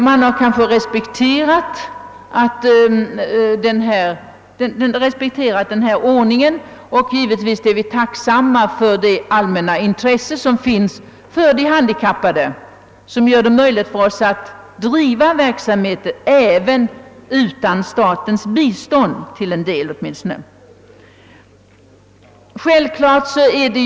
Man har kanske respekterat denna ordning, och givetvis är vi tacksamma för det allmänna intresse som finns för de handikappade, vilket gör det möjligt för oss att driva verksamheten åtminstone till en del utan statens bistånd.